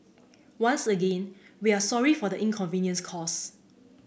once again we are sorry for the inconvenience cause